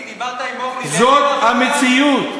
זאת המציאות.